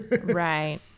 Right